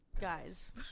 Guys